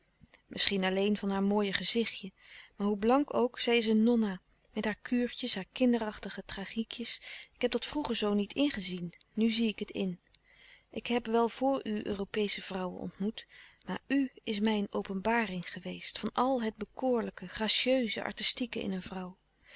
misschien alleen van haar mooie gezichtje maar hoe blank ook zij is een nonna met haar kuurtjes haar kinderachtige tragiekjes louis couperus de stille kracht ik heb dat vroeger zoo niet ingezien nu zie ik het in ik heb wel voor u europeesche vrouwen ontmoet maar u is mij een openbaring geweest van al het bekoorlijke gratieuze artistieke in een vrouw